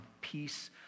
peace